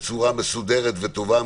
במסגרת מסודרת וטובה.